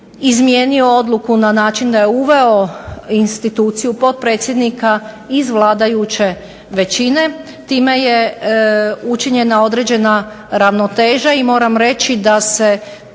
izmijenio odluku na način da je uveo instituciju potpredsjednika iz vladajuće većine, time je učinjena određena ravnoteža i moram reći da se